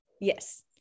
yes